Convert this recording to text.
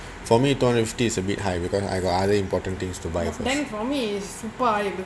for me two hundred fifty is a bit high because I got other important things to buy